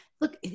look